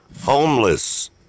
Homeless